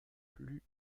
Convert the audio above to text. plus